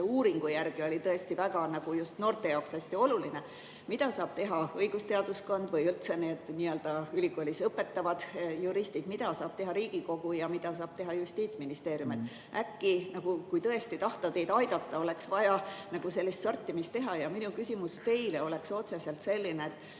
selle uuringu järgi just noorte jaoks hästi oluline; mida saab teha õigusteaduskond või [saavad teha] üldse ülikoolis õpetavad juristid; mida saab teha Riigikogu ja mida saab teha Justiitsministeerium. Äkki, kui tõesti tahta teid aidata, oleks vaja sellist sortimist teha. Minu küsimus teile on otseselt selline, et